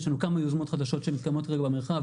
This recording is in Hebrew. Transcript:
יש לנו כמה יוזמות חדשות שמתקיימות כרגע במרחב,